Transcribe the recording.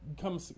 come